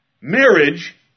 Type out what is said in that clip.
marriage